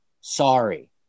Sorry